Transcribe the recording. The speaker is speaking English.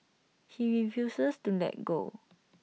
he refuses to let go